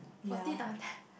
forty time ten